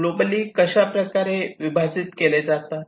globally कशा प्रकारे विभाजित केले जातात